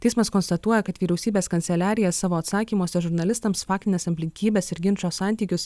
teismas konstatuoja kad vyriausybės kanceliarija savo atsakymuose žurnalistams faktines aplinkybes ir ginčo santykius